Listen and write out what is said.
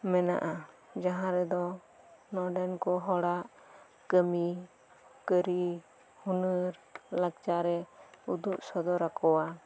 ᱢᱮᱱᱟᱜᱼᱟ ᱡᱟᱦᱟᱸ ᱨᱮᱫᱚ ᱱᱚᱰᱮᱱᱠᱚ ᱦᱚᱲᱟᱜ ᱠᱟᱹᱢᱤ ᱠᱟᱹᱨᱤ ᱦᱩᱱᱟᱹᱨ ᱞᱟᱠᱪᱟᱨᱮ ᱩᱫᱩᱜ ᱥᱚᱫᱚᱨ ᱟᱠᱚᱣᱟ